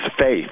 faith